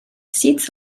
sith